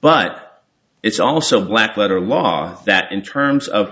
but it's also black letter law that in terms of